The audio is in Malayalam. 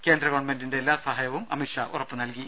കേന്ദ്ര ഗവൺമെന്റിന്റെ എല്ലാ സഹായവും അദ്ദേഹം ഉറപ്പു നൽകി